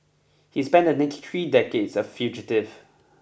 he spent the next three decades a fugitive